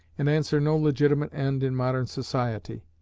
and answer no legitimate end in modern society.